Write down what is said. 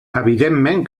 evidentment